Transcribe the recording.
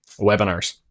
webinars